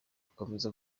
akomeza